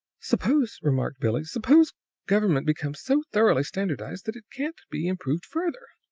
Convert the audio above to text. suppose, remarked billie suppose government becomes so thoroughly standardized that it can't be improved further?